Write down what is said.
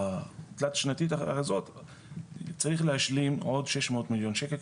בתכנית התלת שנתית הזו צריך להשלים עוד שש מאות מיליון שקל,